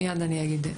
מיד אני אגיד.